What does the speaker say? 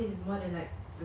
the 牛肉 taste